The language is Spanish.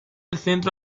centro